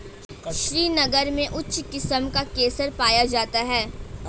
श्रीनगर में उच्च किस्म का केसर पाया जाता है